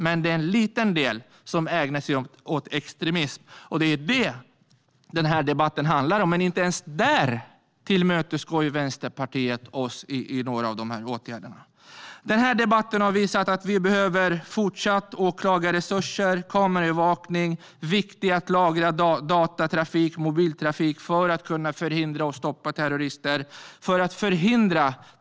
Men det är en liten del som ägnar sig åt extremism, och det är det denna debatt handlar om. Men inte ens där går Vänsterpartiet oss till mötes i några av dessa åtgärder. Den här debatten har visat att vi fortsatt behöver åklagarresurser och kameraövervakning, liksom att det är viktigt att lagra datatrafik och mobiltrafik för att hindra och stoppa terrorister.